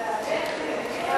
תודה רבה.